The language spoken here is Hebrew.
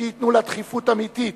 שייתנו לה דחיפה אמיתית